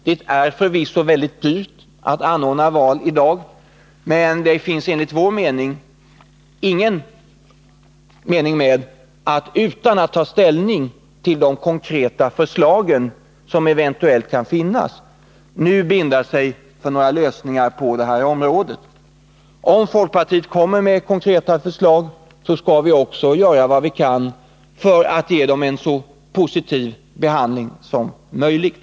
Det är förvisso väldigt dyrt att anordna val i dag, men det finns enligt vår uppfattning ingen mening med att nu, utan att ta ställning till de konkreta förslag som eventuellt kan finnas, binda sig för några lösningar på detta område. Om folkpartiet kommer med konkreta förslag, skall vi också göra vad vi kan för att ge dem en så positiv behandling som möjligt.